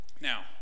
Now